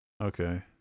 Okay